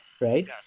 right